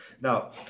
Now